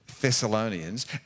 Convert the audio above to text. Thessalonians